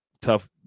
Tough